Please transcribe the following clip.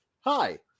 hi